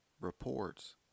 reports